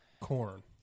corn